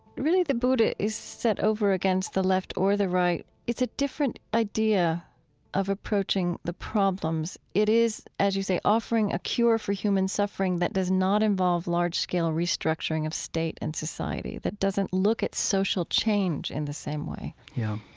really, the buddha is set over against the left or the right. it's a different idea of approaching the problems. it is, as you say, offering a cure for human suffering that does not involve large-scale restructuring of state and society, that doesn't look at social change in the same way yeah